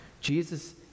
Jesus